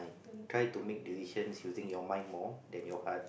try to make decisions using your mind more than your heart